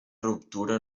ruptura